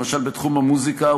למשל בתחום המוזיקה,